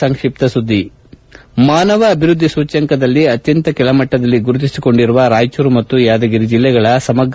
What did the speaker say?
ಸಂಕ್ಷಿಪ್ತ ಸುದ್ದಿಗಳು ಮಾನವ ಅಭಿವೃದ್ಧಿ ಸೂಚ್ಯಂಕದಲ್ಲಿ ಅತ್ಯಂತ ಕೆಳಮಟ್ಟದಲ್ಲಿ ಗುರುತಿಸಿಕೊಂಡಿರುವ ರಾಯಚೂರು ಮತ್ತು ಯಾದಗಿರಿ ಜಿಲ್ಲೆಗಳ ಸಮಗ್ರ